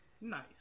Nice